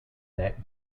that